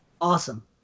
Awesome